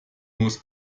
muss